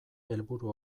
helburu